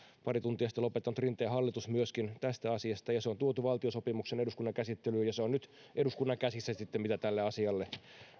pari tuntia sitten lopettanut rinteen hallitus myöskin se on tuotu valtiosopimuksena eduskunnan käsittelyyn ja se on nyt sitten eduskunnan käsissä mitä tälle asialle